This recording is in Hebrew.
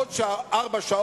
שאולי דווקא בעוד ארבע שעות